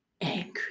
angry